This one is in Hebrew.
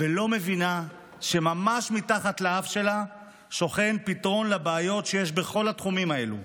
ולא מבינה שממש מתחת לאף שלה שוכן פתרון לבעיות שיש בכל התחומים האלה.